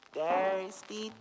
thirsty